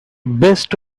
best